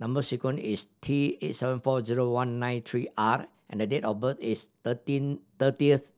number sequence is T eight seven four zero one nine three R and date of birth is thirty thirtieth